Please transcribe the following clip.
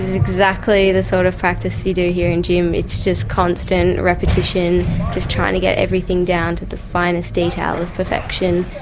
exactly the sort of practice you do here in gym, it's just constant and repetition just trying to get everything down to the finest detail of perfection.